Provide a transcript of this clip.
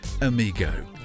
amigo